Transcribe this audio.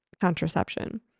contraception